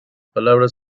palabras